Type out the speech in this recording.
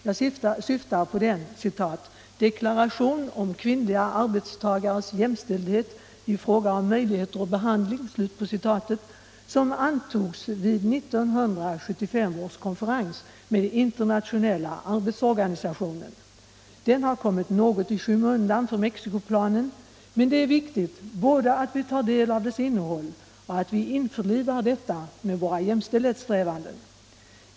Jag syftar på den deklaration om kvinnliga arbetstagares jämställdhet i fråga om möjligheter och behandling som antogs vid 1975 års konferens med Internationella arbetsorganisationen. Den har kommit något i skymundan för Mexicoplanen, men det är viktigt både att vi tar del av dess innehåll och att vi införlivar detta med våra jämställdhetssträvanden.